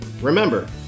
Remember